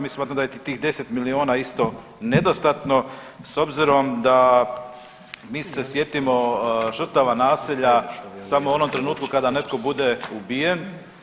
Mi smatramo da je i tih 10 milijuna isto nedostatno s obzirom da, mi se sjetimo žrtava nasilja samo u onom trenutku kada netko bude ubijen.